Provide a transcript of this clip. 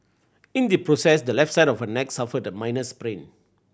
in the process the left side of neck suffered a minor sprain